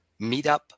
meetup